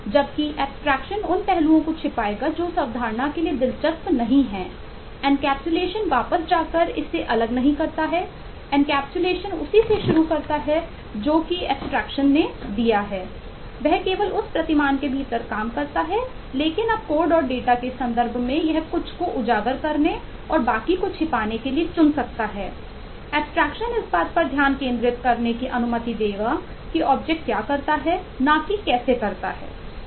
जबकि एब्स्ट्रेक्शन क्या करता है ना कि कैसे करता है